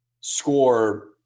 score